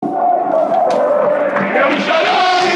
ירושליים!